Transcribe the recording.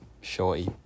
Shorty